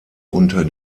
unter